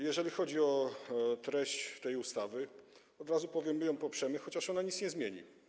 Jeżeli chodzi o treść tej ustawy, to od razu powiem, że my ją poprzemy, chociaż ona nic nie zmieni.